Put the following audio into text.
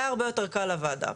היה הרבה יותר קל לוועדה.